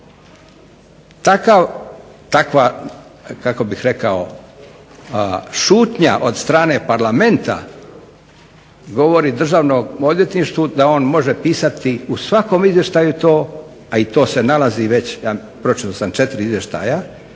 Takva kako bih rekao šutnja od strane parlamenta, govori državnom odvjetništvu da on može pisati u svakom izvještaju to, a pročitao sam četiri izvještaja,